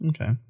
Okay